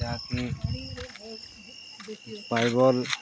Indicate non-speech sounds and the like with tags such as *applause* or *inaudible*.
ଯାହାକି *unintelligible*